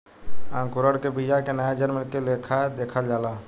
अंकुरण के बिया के नया जन्म के लेखा देखल जाला